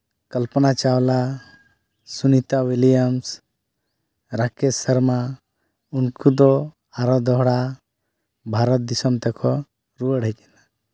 ᱠᱚᱞᱯᱚᱱᱟ Chawla Sunita Williams Rakesh Sharma ᱩᱱᱠᱩ ᱫᱚ ᱟᱨᱦᱚᱸ ᱫᱚᱦᱲᱟ ᱵᱷᱟᱨᱚᱛ ᱫᱤᱥᱚᱢ ᱛᱮᱠᱚ ᱨᱩᱣᱟᱹᱲ ᱦᱮᱡ ᱮᱱᱟ